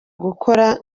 gukora